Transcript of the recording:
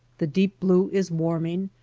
the deep blue is warming,